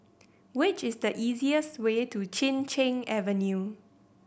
what is the easiest way to Chin Cheng Avenue